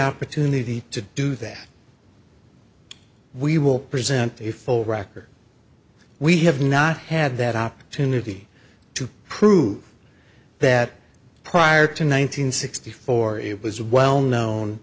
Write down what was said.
opportunity to do that we will present a full record we have not had that opportunity to prove that prior to nine hundred sixty four it was well known